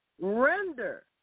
Render